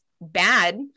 bad